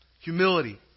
Humility